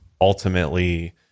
ultimately